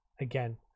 again